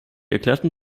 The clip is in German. erklärten